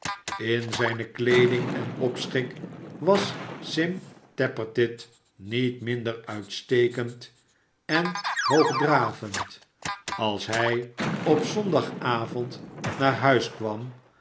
in zijne kleeding en opschik was sim tappertit niet minder uitstekend en hoogdravend als hij op zondagavond naar huis kwam